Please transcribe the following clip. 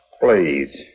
Please